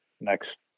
Next